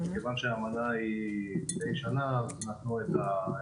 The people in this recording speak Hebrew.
כיוון שהאמנה היא די ישנה נתנו את זה.